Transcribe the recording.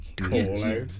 Call-out